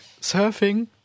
surfing